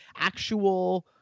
actual